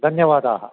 धन्यवादाः